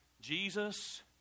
Jesus